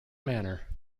manner